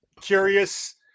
Curious